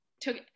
took